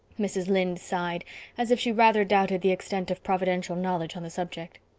mrs. lynde sighed as if she rather doubted the extent of providential knowledge on the subject.